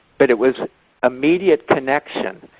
but it was immediate connection.